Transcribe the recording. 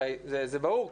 הרי זה ברור,